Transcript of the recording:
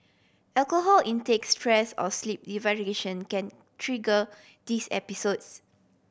alcohol intake stress or sleep deprivation can trigger these episodes